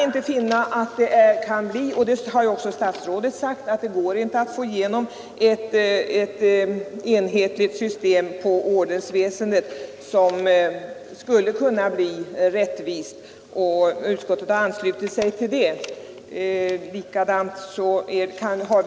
Statsrådet har uttalat att det inte går att genomföra ett enhetligt och rättvist system när det gäller ordensväsendet, och utskottet har anslutit sig till den ståndpunkten.